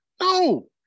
No